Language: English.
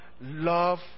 love